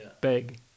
big